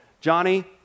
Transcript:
Johnny